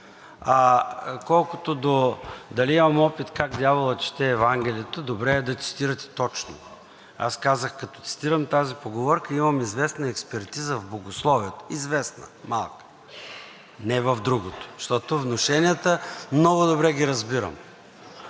А колкото до дали имам опит как дяволът чете Евангелието, добре е да цитирате точно. Аз казах, като цитирам тази поговорка, имам известна експертиза в богословието – известна, малка. Не в другото. Защото внушенията много добре ги разбирам.